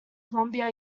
columbia